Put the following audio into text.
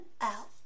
out